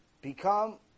become